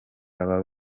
baba